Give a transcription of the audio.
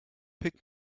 pick